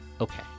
Okay